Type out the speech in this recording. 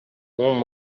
warm